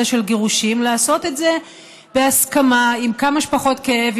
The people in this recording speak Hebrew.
של גירושים לעשות את זה בהסכמה עם כמה שפחות כאב,